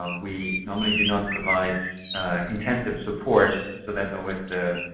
um we normally do not provide intensive support. so that's always the